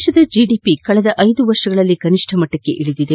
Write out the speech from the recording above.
ದೇಶದ ಜಿಡಿಪಿ ಕಳೆದ ಐದು ವರ್ಷಗಳಲ್ಲಿ ಕನಿಷ್ಠ ಮಟ್ಟಕ್ಕೆ ಇಳಿದಿದೆ